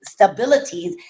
stabilities